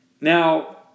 Now